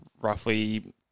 roughly